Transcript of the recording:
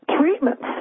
treatments